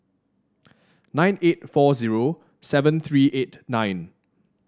nine eight four zero seven three eight nine